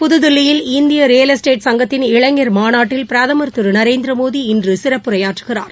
புதுதில்லியில் இந்திய real estate சங்கத்தின் இளைஞர் மாநாட்டில் பிரதமர் திரு நரேந்திர மோடி இன்று சிறப்புரையாற்றுகிறார்